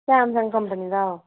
Samsung company दा ओह्